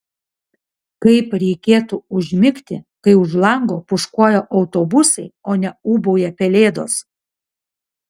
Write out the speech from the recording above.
kaip reikėtų užmigti kai už lango pūškuoja autobusai o ne ūbauja pelėdos